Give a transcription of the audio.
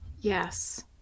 yes